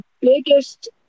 biggest